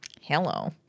Hello